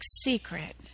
secret